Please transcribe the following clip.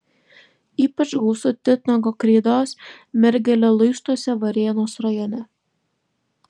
ypač gausu titnago kreidos mergelio luistuose varėnos rajone